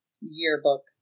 yearbook